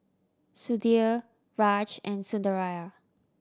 Sudhir Raj and Sundaraiah